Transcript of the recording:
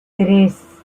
tres